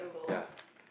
ya